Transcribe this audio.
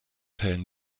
teilen